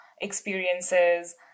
experiences